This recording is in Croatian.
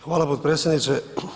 Hvala potpredsjedniče.